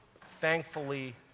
thankfully